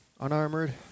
unarmored